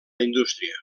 indústria